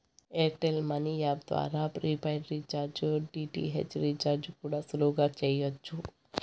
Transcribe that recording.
air tell money app ద్వారా prepaid recharge, DTH recharge కూడా సులువుగా చెయ్యచ్చు